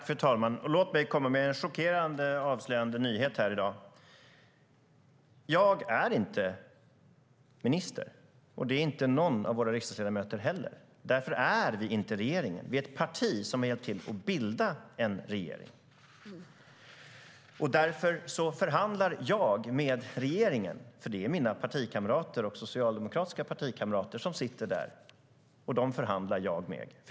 Fru talman! Låt mig komma med en chockerande, avslöjande nyhet här i dag: Jag är inte minister, och det är inte någon av våra riksdagsledamöter heller. Därför är vi inte regeringen. Vi är ett parti som har hjälpt till att bilda en regering. Därför förhandlar jag med regeringen. Det är mina partikamrater och socialdemokratiska partikamrater som sitter där, och dem förhandlar jag med.